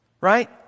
right